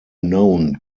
known